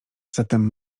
zatem